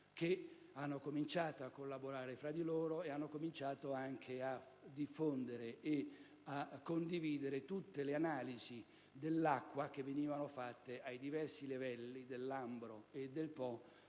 che hanno cominciato a collaborare tra loro, a diffondere e a condividere tutte le analisi dell'acqua che venivano fatte ai diversi livelli del Lambro e del Po